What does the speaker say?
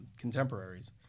contemporaries